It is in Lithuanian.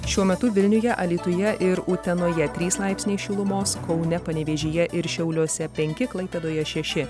šiuo metu vilniuje alytuje ir utenoje trys laipsniai šilumos kaune panevėžyje ir šiauliuose penki klaipėdoje šeši